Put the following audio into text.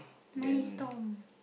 many storm